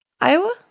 Iowa